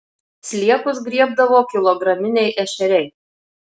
sliekus griebdavo kilograminiai ešeriai